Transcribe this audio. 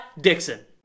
Dixon